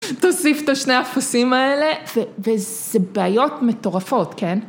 תוסיף את השני אפסים האלה, וזה בעיות מטורפות, כן?